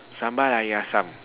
sambal air asam